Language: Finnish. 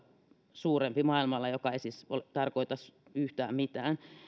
suurempi maailmalla joka ei siis tarkoita yhtään mitään